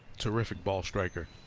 terrific ball striker